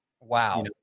wow